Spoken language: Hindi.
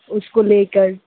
उसको लेकर